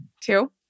Two